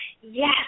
yes